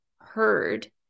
heard